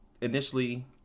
initially